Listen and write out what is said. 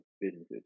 businesses